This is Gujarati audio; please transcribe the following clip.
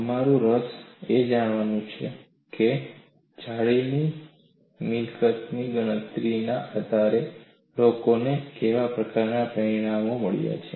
અમારું રસ એ જોવાનું છે કે જાળીની મિલકતની ગણતરીના આધારે લોકોને કેવા પ્રકારનું પરિણામ મળ્યું છે